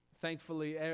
Thankfully